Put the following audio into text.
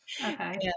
Okay